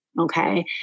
okay